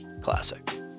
Classic